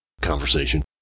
conversation